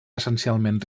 essencialment